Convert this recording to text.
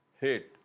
hate